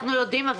אנחנו יודעים.